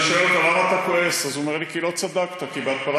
אנחנו במקום